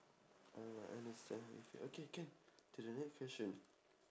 oh I understand how you feel okay can to the next question